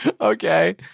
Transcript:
Okay